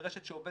זו רשת שעובדת,